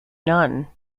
none